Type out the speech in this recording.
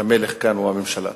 והמלך כאן הוא הממשלה.